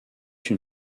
une